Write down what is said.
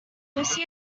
lucy